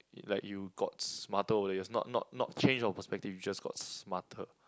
like you got smarter over the years not not not change of perspective you just got smarter